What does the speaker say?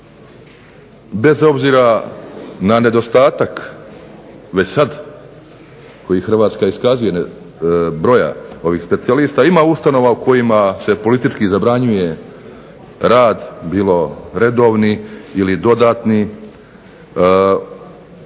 Bez obzira na nedostatak već sad koji Hrvatska iskazuje broja ovih specijalista ima ustanova u kojima se politički zabranjuje rad bilo redovni ili dodatni